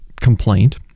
complaint